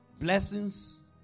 blessings